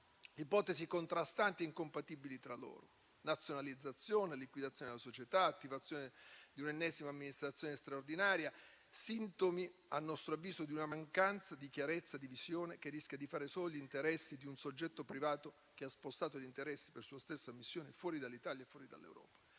ipotesi contrastanti e incompatibili tra loro: nazionalizzazione, liquidazione della società, attivazione di un'ennesima amministrazione straordinaria. Sintomi, a nostro avviso, di una mancanza di chiarezza e di visione che rischia di fare solo gli interessi di un soggetto privato che ha spostato gli interessi, per sua stessa ammissione, fuori dall'Italia e fuori dall'Europa.